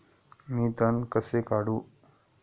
मी तण कसे काढू?